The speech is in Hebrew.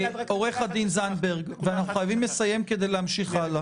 עו"ד זנדברג, אנחנו חייבים לסיים כדי להמשיך הלאה.